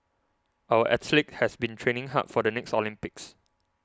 our athletes have been training hard for the next Olympics